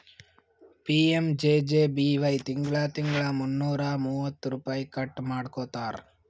PMJJBY ತಿಂಗಳಾ ತಿಂಗಳಾ ಮುನ್ನೂರಾ ಮೂವತ್ತ ರುಪೈ ಕಟ್ ಮಾಡ್ಕೋತಾರ್